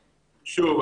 שוב,